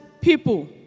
people